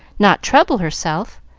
not trouble herself?